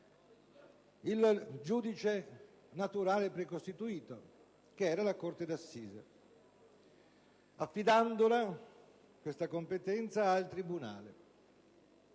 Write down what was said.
il giudice naturale precostituito, vale a dire la corte d'assise, affidando piuttosto questa competenza al tribunale.